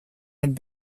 had